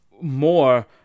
more